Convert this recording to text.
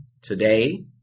today